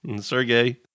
Sergey